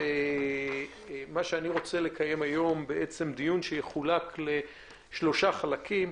אני רוצה לקיים דיון שיחולק לשלושה חלקים.